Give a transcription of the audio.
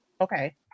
Okay